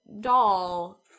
doll